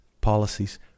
policies